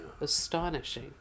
astonishing